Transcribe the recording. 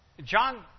John